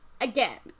Again